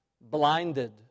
blinded